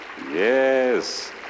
Yes